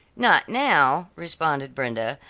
not now, responded brenda,